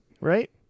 right